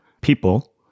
people